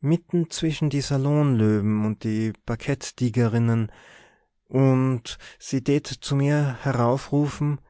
mitten zwischen die salonlöwen und die parkettigerinnen und sie tät zu mir heraufrufen